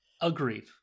Agreed